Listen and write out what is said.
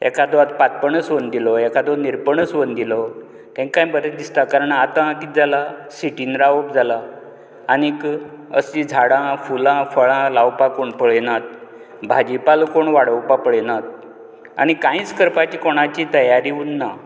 एखादो पातपणस व्हरून दिलो एखादो निरपणस व्हरून दिलो तेंकाय बरें दिसता कारण आता कितें जाला सिटीन रावप जाला आनीक आमचीं झाडां फुलां फळां लावपाक कोण पळयनात भाजी पालो कोण वाडोवपाक पळयनात आनी कांयच करपाची कोणाची तयारी उरना